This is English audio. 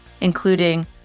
including